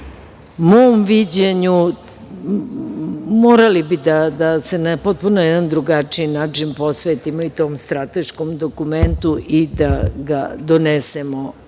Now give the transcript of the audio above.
mom viđenju, morali bi da se na potpuno jedan drugačiji način posvetimo i tom strateškom dokumentu i da ga donesemo